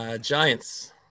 Giants